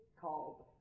called